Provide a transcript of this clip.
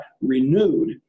renewed